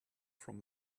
from